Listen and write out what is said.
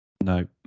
No